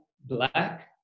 black